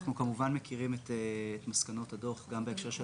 אנחנו כמובן מכירים את מסקנות הדוח גם בהקשר של